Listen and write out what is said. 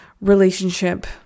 relationship-